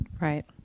Right